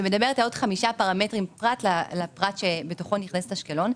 שמדברת על עוד חמישה פרמטרים פרט לדבר שבתוכו נכנסת אשקלון,